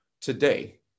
today